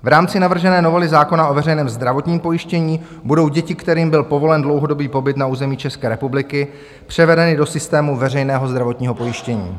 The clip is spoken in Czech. V rámci navržené novely zákona o veřejném zdravotním pojištění budou děti, kterým byl povolen dlouhodobý pobyt na území České republiky, převedeny do systému veřejného zdravotního pojištění.